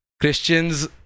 Christians